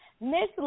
Miss